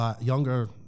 younger